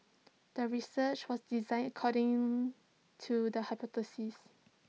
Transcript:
the research was designed according to the hypothesis